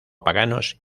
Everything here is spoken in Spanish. paganos